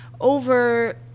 over